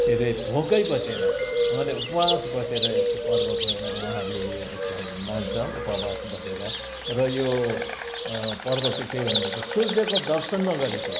के अरे भोकै बसेर उहाँले उपवास बसेर यस पर्वको उहाँहरूले यो यसलाई मान्छ उपवास बसेर र यो पर्व चाहिँ के हो भनदेखि सूर्यको दर्शन नगरी चाहिँ